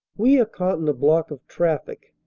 we are caught in a block of traffic.